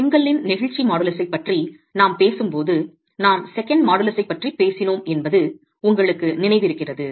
செங்கலின் நெகிழ்ச்சி மாடுலஸைப் பற்றி நாம் பேசும்போது நாம் செகண்ட் மாடுலஸைப் பற்றி பேசினோம் என்பது உங்களுக்கு நினைவிருக்கிறது